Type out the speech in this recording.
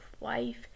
life